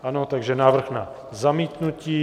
Ano, takže návrh na zamítnutí.